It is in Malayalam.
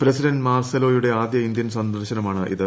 പ്രസിഡന്റ് മാർസലോയുടെ ആദ്യ ഇന്ത്യൻ സന്ദർശനമാണിത്